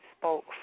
spoke